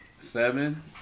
Seven